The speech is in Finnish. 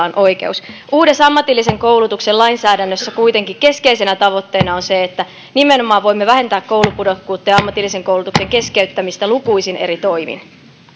on oikeus uudessa ammatillisen koulutuksen lainsäädännössä kuitenkin keskeisenä tavoitteena on se että nimenomaan voimme vähentää koulupudokkuutta ja ammatillisen koulutuksen keskeyttämistä lukuisin eri toimin